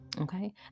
okay